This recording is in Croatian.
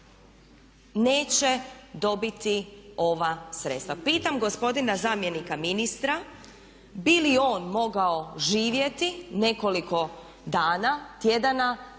neće dobiti ova sredstva. Pitam gospodina zamjenika ministra bi li on mogao živjeti nekoliko dana, tjedana,